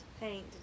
paint